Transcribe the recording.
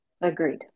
Agreed